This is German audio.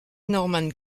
norman